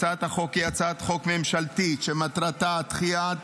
הצעת החוק היא הצעת חוק ממשלתית שמטרתה דחיית